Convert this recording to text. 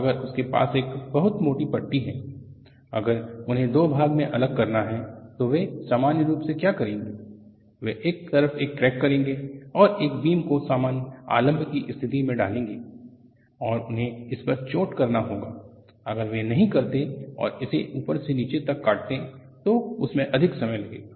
अगर उनके पास एक बहुत मोटी पट्टी है अगर उन्हें दो भागो में अलग करना है तो वे सामान्य रूप से क्या करेंगे वे एक तरफ एक क्रैक करेंगे और एक बीम को समान्य आलंब के स्थिति में डालेंगे और उन्हें इसपर चोट करना होगा वे नहीं जाते और इसे ऊपर से नीचे तक काट लें तो इसमें अधिक समय लगेगा